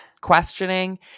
questioning